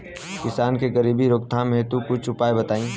किसान के गरीबी रोकथाम हेतु कुछ उपाय बताई?